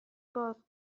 باز